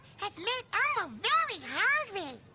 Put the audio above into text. has made um ah very